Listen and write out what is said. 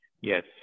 Yes